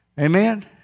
Amen